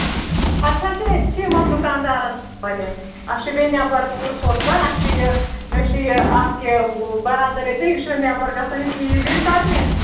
اَسہِ حظ چھِ أسۍ چھِ یِمَن دُکاندارَن وَنہِ اَسہِ چھُ بیٚیہِ نٮ۪بر وٮ۪بَر سوزان اَسہِ چھُ یہِ مےٚ حظ چھُ یہِ اَکھ یہِ بَرادَر ییٚتہِ یہِ چھُ نٮ۪بر گژھان یہِ پھیٖر ویٖر کَرنہِ